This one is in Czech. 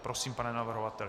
Prosím, pane navrhovateli.